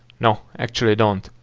no, actually, don't!